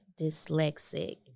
dyslexic